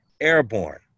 airborne